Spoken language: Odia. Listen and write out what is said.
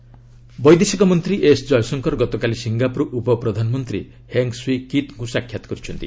ଜୟଶଙ୍କର ବୈଦେଶିକ ମନ୍ତ୍ରୀ ଏସ୍ ଜୟଶଙ୍କର ଗତକାଲି ସିଙ୍ଗାପୁର ଉପପ୍ରଧାନମନ୍ତ୍ରୀ ହେଙ୍ଗ୍ ସ୍ୱି କିତ୍ଙ୍କୁ ସାକ୍ଷାତ କରିଛନ୍ତି